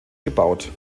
gebaut